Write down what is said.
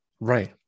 right